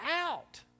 out